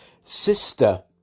sister